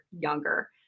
younger